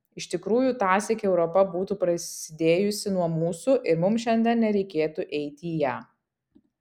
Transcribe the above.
iš tikrųjų tąsyk europa būtų prasidėjusi nuo mūsų ir mums šiandien nereikėtų eiti į ją